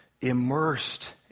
immersed